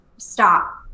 Stop